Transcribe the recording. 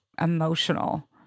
emotional